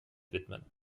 widmen